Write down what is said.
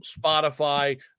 Spotify